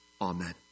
Amen